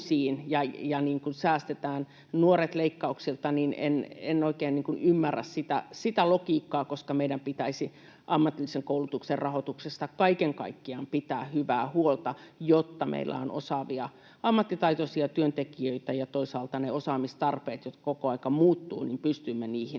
ja säästetään nuoret leikkauksilta, niin en oikein ymmärrä sitä logiikkaa, koska meidän pitäisi ammatillisen koulutuksen rahoituksesta kaiken kaikkiaan pitää hyvää huolta, jotta meillä on osaavia, ammattitaitoisia työntekijöitä ja jotta toisaalta niihin osaamistarpeisiin, jotka koko ajan muuttuvat, pystyisimme